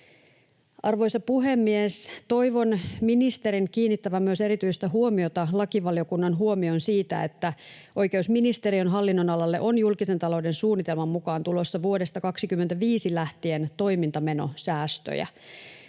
Arvoisa puhemies! Toivon ministerin kiinnittävän myös erityistä huomiota lakivaliokunnan huomioon siitä, että oikeusministeriön hallinnonalalle on julkisen talouden suunnitelman mukaan tulossa vuodesta 25 lähtien toimintamenosäästöjä.